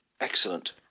Excellent